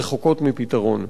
רחוקות מפתרון.